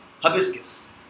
Hibiscus